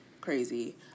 Crazy